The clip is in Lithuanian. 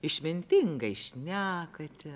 išmintingai šnekate